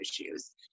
issues